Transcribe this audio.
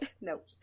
Nope